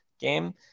game